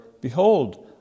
Behold